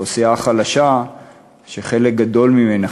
אוכלוסייה חלשה שחלק גדול ממנה,